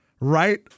right